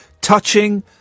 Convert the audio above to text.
touching